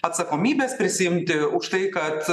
atsakomybės prisiimti už tai kad